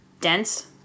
dense